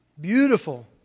Beautiful